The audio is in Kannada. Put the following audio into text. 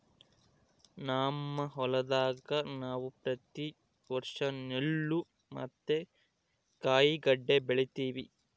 ನಮ್ಮ ಹೊಲದಾಗ ನಾವು ಪ್ರತಿ ವರ್ಷ ನೆಲ್ಲು ಮತ್ತೆ ಕಾಯಿಗಡ್ಡೆ ಬೆಳಿತಿವಿ